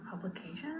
publication